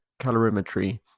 Calorimetry